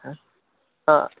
हा